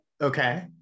Okay